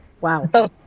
Wow